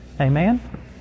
Amen